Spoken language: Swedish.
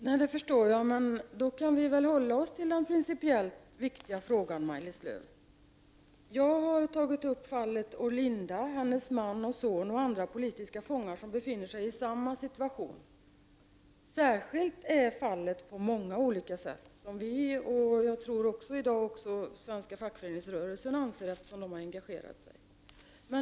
Herr talman! Det kan jag förstå. Men då kan vi hålla oss till den principiellt viktiga frågan, Maj-Lis Lööw. Jag har tagit upp fallet med Orlinda, hennes man, hennes son och andra politiska fångar som befinner sig i samma situation. Vi anser att det på många olika sätt föreligger särskilda skäl. Jag tror att också den svenska fackföreningsrörelsen är av samma åsikt, eftersom den har engagerat sig.